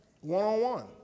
One-on-one